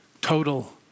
total